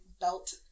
belt